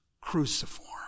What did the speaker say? Cruciform